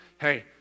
Hey